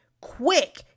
quick